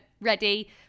ready